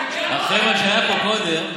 אחרי מה שהיה פה קודם,